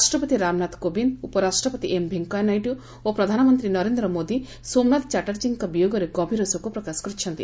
ରାଷ୍ଟ୍ରପତି ରାମନାଥ କୋବିନ୍ଦ୍ ଉପରାଷ୍ଟ୍ରପତି ଏମ୍ ଭେଙ୍କିୟା ନାଇଡୁ ଓ ପ୍ରଧାନମନ୍ତୀ ନରେନ୍ଦ୍ର ମୋଦି ସୋମନାଥ ଚାଟ୍ଟାର୍ଜୀଙ୍କ ବିୟୋଗରେ ଗଭୀର ଶୋକ ପ୍ରକାଶ କରିଛନ୍ତି